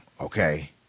okay